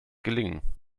gelingen